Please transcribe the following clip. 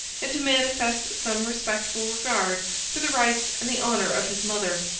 and to manifest some respectful regard for the rights and the honor of his mother.